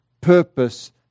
purpose